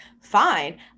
fine